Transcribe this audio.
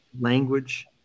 language